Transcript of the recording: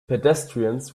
pedestrians